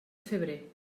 febrer